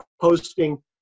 posting